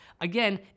Again